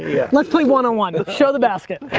yeah let's play one on one. show the basket.